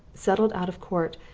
settled out of court,